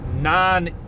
non